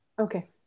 Okay